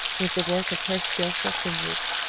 was the work of her skilful fingers.